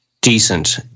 decent